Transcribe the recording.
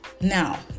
now